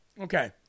Okay